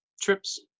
Trips